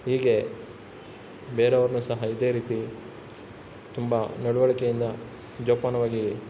ಹೀಗೆ ಬೇರೆಯವ್ರನ್ನೂ ಸಹ ಇದೇ ರೀತಿ ತುಂಬ ನಡವಳಿಕೆಯಿಂದ ಜೋಪಾನವಾಗಿ